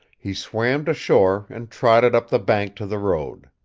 he swam to shore and trotted up the bank to the road.